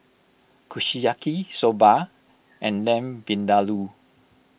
Kushiyaki Soba and Lamb Vindaloo